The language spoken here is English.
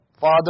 Father